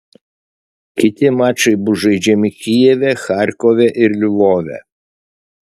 kiti mačai bus žaidžiami kijeve charkove ir lvove